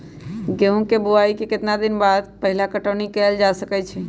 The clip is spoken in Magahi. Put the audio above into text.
गेंहू के बोआई के केतना दिन बाद पहिला पटौनी कैल जा सकैछि?